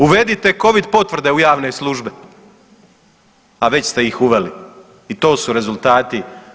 Uvedite Covid potvrde u javne službe, a već ste ih uveli i to su rezultati.